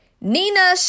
Nina